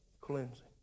cleansing